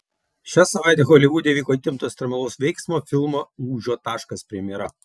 šią savaitę holivude įvyko įtempto ekstremalaus veiksmo filmo lūžio taškas premjera